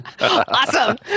awesome